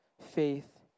faith